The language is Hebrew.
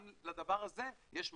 גם לדבר הזה יש משמעות,